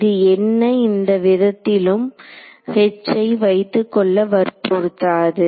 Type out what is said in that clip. இது என்னை எந்த விதத்திலும் H ஐ வைத்துக்கொள்ள வற்புறுத்தாது